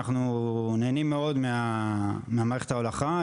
אנחנו נהנים מאוד ממערכת ההולכה,